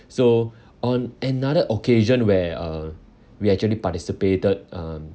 so on another occasion where uh we actually participated um